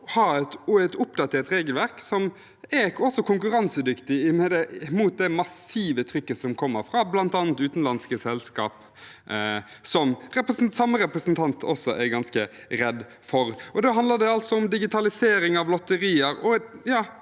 ha et oppdatert regelverk som også er konkurransedyktig mot det massive trykket som kommer fra bl.a. utenlandske selskap, som samme representant også er ganske redd for. Da handler det om digitalisering av lotterier